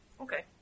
Okay